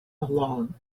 alone